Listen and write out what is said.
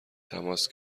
تماس